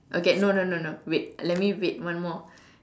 okay no no no no wait let me wait one more